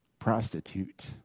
prostitute